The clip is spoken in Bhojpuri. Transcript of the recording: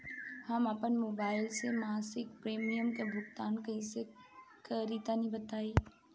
हम आपन मोबाइल से मासिक प्रीमियम के भुगतान कइसे करि तनि बताई?